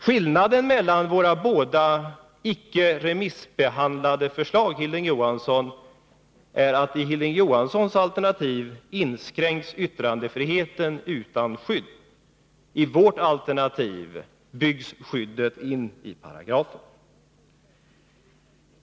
Skillnaden mellan våra båda icke remissbehandlade förslag, Hilding Johansson, är att i Hilding Johanssons alternativ yttrandefriheten inskränks utan skydd för det skyddsvärda. I vårt alternativ byggs skyddet in i paragraferna.